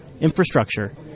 infrastructure